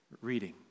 reading